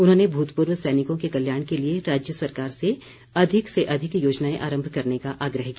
उन्होंने भूतपूर्व सैनिकों के कल्याण के लिए राज्य सरकार से अधिक से अधिक योजनाएं आरम्भ करने का आग्रह किया